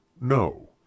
no